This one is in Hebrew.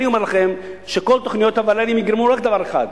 אני אומר לכם שכל תוכניות הווד"לים יגרמו רק דבר אחד,